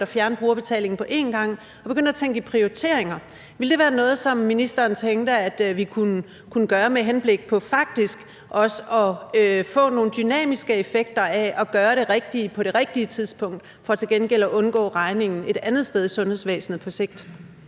at fjerne brugerbetaling på en gang, er at begynde at tænke i prioriteringer. Ville det være noget, som ministeren tænker vi kunne gøre, altså med henblik på faktisk også at få nogle dynamiske effekter af at gøre det rigtige på det rigtige tidspunkt, for til gengæld på sigt at undgå regningen et andet sted i sundhedsvæsnet?